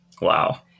wow